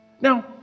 Now